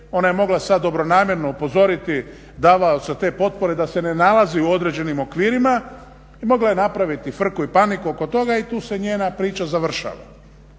Ona je mogla sada dobronamjerno upozoriti davaoca te potpore da se na nalazi u određenim okvirima i mogla je napraviti frku i paniku oko toga i tu se njena priča završava.